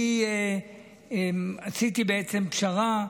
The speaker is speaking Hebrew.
אני עשיתי פשרה,